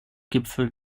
gipfel